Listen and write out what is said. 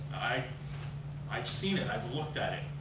i've i've seen it, i've looked at it.